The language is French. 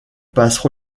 passent